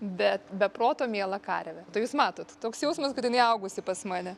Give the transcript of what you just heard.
bet be proto miela karvė tai jūs matot toks jausmas kad jinai augusi pas mane